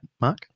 mark